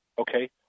okay